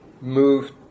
move